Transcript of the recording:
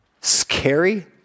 scary